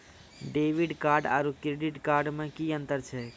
Debit card आरू credit card मे कि अन्तर छैक?